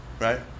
right